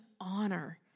honor